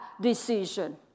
decision